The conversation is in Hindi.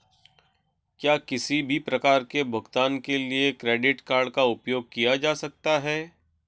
क्या किसी भी प्रकार के भुगतान के लिए क्रेडिट कार्ड का उपयोग किया जा सकता है?